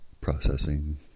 processing